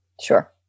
Sure